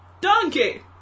Donkey